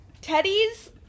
Teddy's